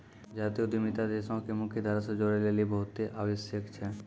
जातीय उद्यमिता देशो के मुख्य धारा से जोड़ै लेली बहुते आवश्यक छै